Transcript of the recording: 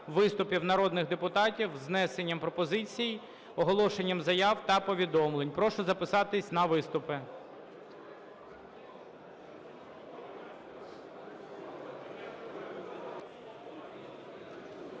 виступів народних депутатів з внесенням пропозицій, оголошенням заяв та повідомлень. Прошу записатися на виступи.